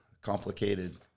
complicated